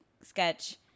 sketch